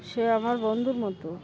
সে আমার বন্ধুর মতো